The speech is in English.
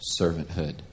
servanthood